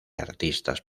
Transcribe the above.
artistas